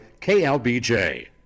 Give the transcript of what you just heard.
KLBJ